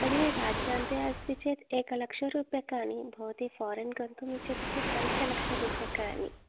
भगिनी राज्यान्ते अस्ति चेत् एकलक्षरूप्यकाणि भवति फारिन् गन्तुमिच्छति चेत् पन्चलक्षरूप्यकाणि